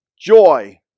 joy